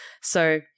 So-